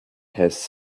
has